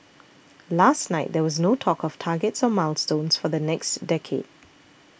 last night there was no talk of targets or milestones for the next decade